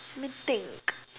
let me think